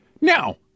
Now